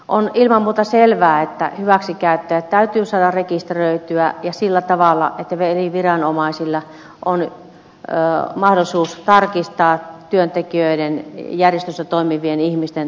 on ilman muuta selvää että hyväksikäyttäjät täytyy saada rekisteröityä ja sillä tavalla että eri viranomaisilla on mahdollisuus tarkistaa työntekijöiden ja järjestöissä toimivien ihmisten taustat